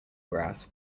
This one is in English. grass